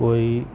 کوئی